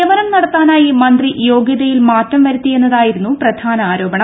നിയമനം നടത്താനായി മന്ത്രി യോഗ്യതയിൽ മാറ്റം വരുത്തി എന്നതായിരുന്നു പ്രധാന ആരോപണം